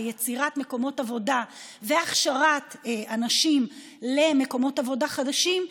יצירת מקומות עבודה והכשרת אנשים למקומות עבודה חדשים,